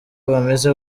bameze